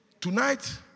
Tonight